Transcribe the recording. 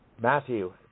Matthew